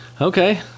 Okay